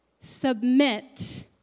submit